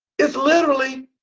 it's literally,